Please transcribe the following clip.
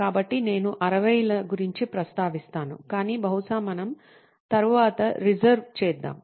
కాబట్టి నేను 60 ల గురించి ప్రస్తావిస్తాను కాని బహుశా మనం తరువాత రిజర్వ్ చేదాం